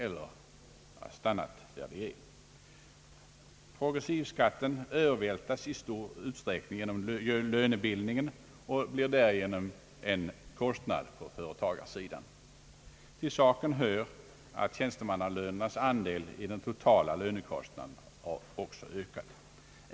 Progressivskatten övervältras i stor utsträckning genom lönebildningen och blir därigenom en kostnad på företagarsidan. Till saken hör att tjänstemannalönernas andel i den totala lönekostnaden också ökat.